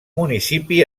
municipi